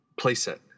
playset